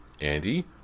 Andy